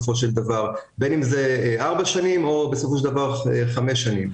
בין אם זה ארבע שנים או חמש שנים.